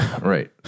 Right